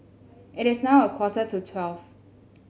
it is now a quarter to twelve